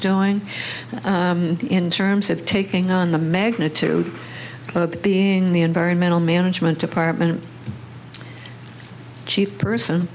doing in terms of taking on the magnitude of being the environmental management department chief person